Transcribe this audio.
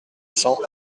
cents